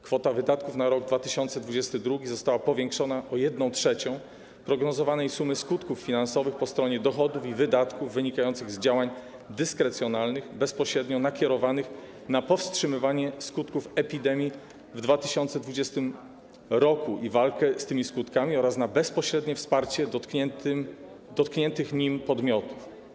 Kwota wydatków na rok 2022 została powiększona o 1/3 prognozowanej sumy skutków finansowych po stronie dochodów i wydatków wynikających z działań dyskrecjonalnych bezpośrednio nakierowanych na powstrzymywanie skutków epidemii w 2020 r. i walkę z tymi skutkami oraz na bezpośrednie wsparcie dotkniętych nimi podmiotów.